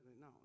no